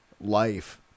life